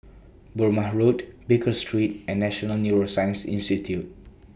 Burmah Road Baker Street and National Neuroscience Institute